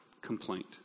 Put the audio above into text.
complaint